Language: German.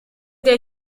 der